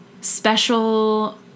special